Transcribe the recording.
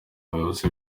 bayobozi